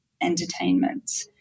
entertainment